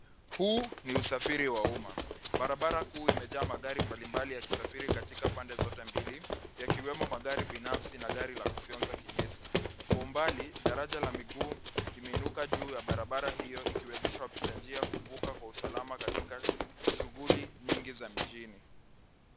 Huu ni usafiri wa umma. Barabara kuu imejaa magari mbali mbali yakisafiri katika pande zote mbili; yakiwemo magari binafsi na gari la kufyonza kinyesi. Kwa umbali daraja la miguu, imeinuka juu ya barabara hilo likiezeshwa wapita njia kuvuka kwa usalama katika shughuli nyingi za mjini